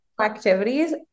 activities